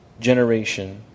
generation